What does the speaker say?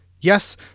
Yes